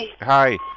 Hi